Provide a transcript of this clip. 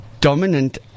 dominant